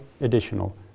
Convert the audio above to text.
additional